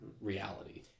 reality